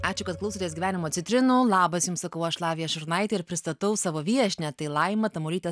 ačiū kad klausotės gyvenimo citrinų labas jums sakau aš lavija šurnaitė ir pristatau savo viešnią tai laima tamulytė